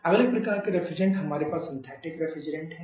अगले प्रकार के रेफ्रिजरेट हमारे पास सिंथेटिक रेफ्रिजरेंट हैं